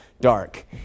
dark